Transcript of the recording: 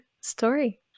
story